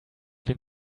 been